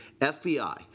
FBI